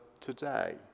today